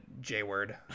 J-Word